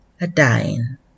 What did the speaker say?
a-dying